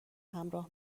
همراه